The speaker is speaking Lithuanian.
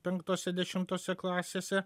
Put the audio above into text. penktose dešimtose klasėse